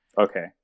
Okay